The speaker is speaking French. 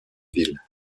ville